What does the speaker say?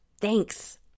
Thanks